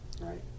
Right